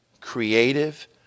creative